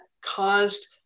caused